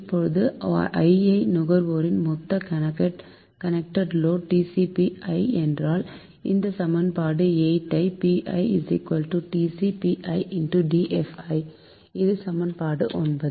இப்போது i யாவது நுகர்வோரின் மொத்த கனெக்டட் லோடு TCPi என்றால் இந்த சமன்பாடு 8 ஐ pi TcpiDFi இது சமன்பாடு 9